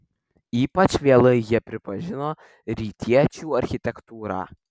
ypač vėlai jie pripažino rytiečių architektūrą